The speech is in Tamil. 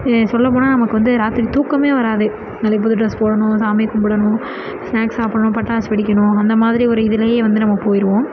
சொல்லப்போனால் நமக்கு வந்து ராத்திரி தூக்கமே வராது நாளைக்கு புது ட்ரெஸ் போடணும் சாமி கும்பிடணும் ஸ்நாக்ஸ் சாப்பிடணும் பட்டாசு வெடிக்கணும் அந்த மாதிரி ஒரு இதுலேயே வந்து நம்ம போய்டுவோம்